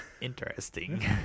Interesting